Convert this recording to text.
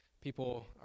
people